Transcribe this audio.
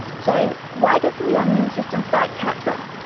so why doesn't your immune system fight cancer,